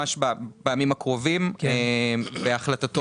ממש בימים הקרובים, והחלטתו תהיה.